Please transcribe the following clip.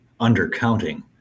undercounting